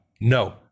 no